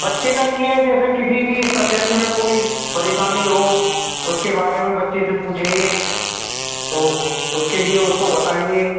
बच्चे का यह है कि जैसे किसी भी सब्जेक्ट में कोई परेशानी हो उसके बारे में बच्चे से पूछेंगे तो उसके लिए उसको बताएँगे